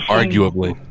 arguably